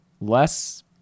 less